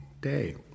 day